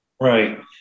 Right